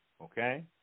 okay